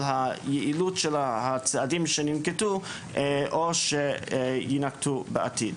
היעילות של הצעדים שננקטו או שיינקטו בעתיד.